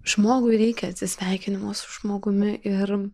žmogui reikia atsisveikinimo su žmogumi ir